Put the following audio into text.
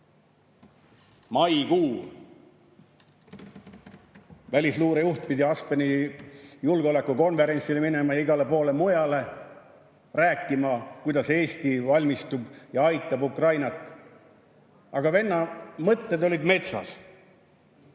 Maikuu. Välisluureameti juht pidi Aspenisse julgeolekukonverentsile minema ja igale poole mujale rääkima, kuidas Eesti valmistub ja aitab Ukrainat. Aga venna mõtted olid metsas.